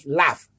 love